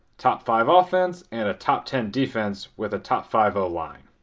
top five ah offense and top ten defense, with a top five o-line.